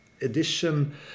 Edition